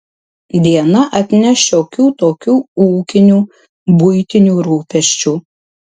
diena atneš šiokių tokių ūkinių buitinių rūpesčių